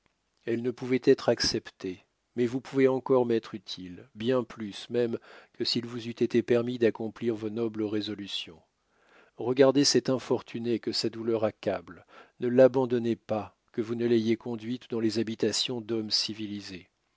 elle ne pouvait être acceptée mais vous pouvez encore m'être utile bien plus même que s'il vous eût été permis d'accomplir vos nobles résolutions regardez cette infortunée que sa douleur accable ne l'abandonnez pas que vous ne l'ayez conduite dans les habitations d'hommes civilisés